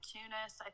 Tunis